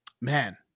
man